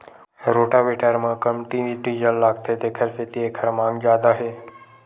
rotavator म कमती diesel लागथे तेखर सेती एखर मांग जादा हे